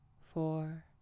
four